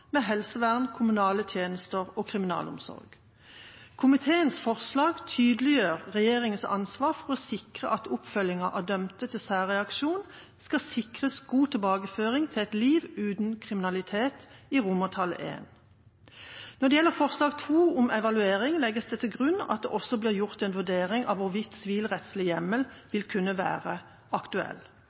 med helsevern, kommunale tjenester og kriminalomsorg. Komiteens forslag til vedtak B, I tydeliggjør regjeringas ansvar for å sikre oppfølginga av at dømte til særreaksjon skal sikres god tilbakeføring til et liv uten kriminalitet. Når det gjelder forslag til vedtak B, II, om evaluering, legges det til grunn at det også blir gjort en vurdering av hvorvidt en sivilrettslig hjemmel vil kunne være aktuell.